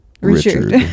Richard